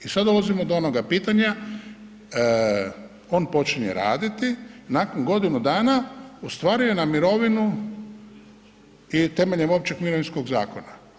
I sad dolazimo do onoga pitanja, on počinje raditi, nakon godinu dana ostvaruje na mirovinu i temeljem Općeg mirovinskog zakona.